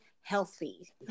healthy